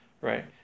right